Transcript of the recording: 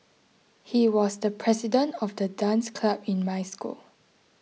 he was the president of the dance club in my school